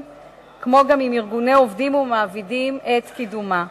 כמו גם עם ארגוני עובדים ומעבידים את קידומה.